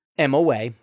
MOA